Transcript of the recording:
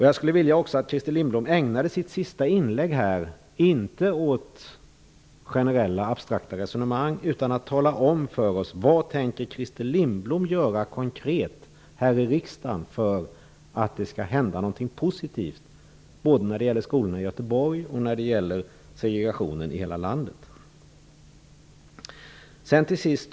Jag skulle också vilja att Christer Lindblom, i stället för att föra generella, abstrakta resonemang, ägnade sitt sista inlägg åt att tala om för oss vad han tänker göra konkret här i riksdagen för att det skall hända något positivt både när det gäller skolorna i Göteborg och när det gäller segregationen i hela landet.